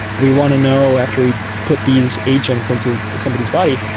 we want to know, after we put these agents into somebody's body,